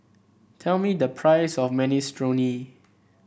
tell me the price of Minestrone